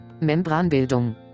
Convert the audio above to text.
Membranbildung